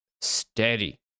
steady